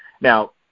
Now